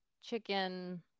chicken